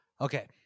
Okay